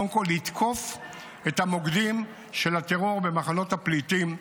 קודם כול לתקוף את המוקדים של הטרור במחנות הפליטים,